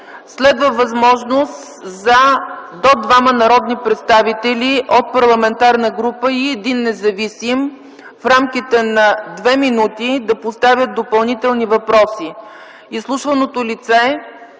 Следва възможност до двама народни представители от парламентарна група и един независим в рамките на 2 мин. да поставят допълнителни въпроси.